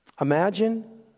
Imagine